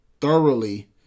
thoroughly